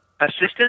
assistant